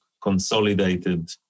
consolidated